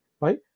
right